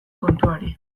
kontuari